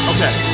Okay